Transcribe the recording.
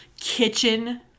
kitchen